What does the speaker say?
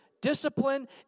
discipline